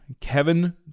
Kevin